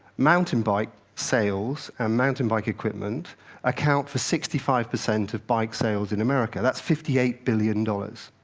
mountain bike sales and mountain bike equipment account for sixty five percent of bike sales in america. that's fifty eight billion dollars.